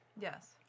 Yes